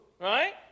Right